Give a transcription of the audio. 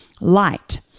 light